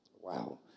Wow